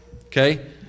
Okay